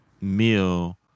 meal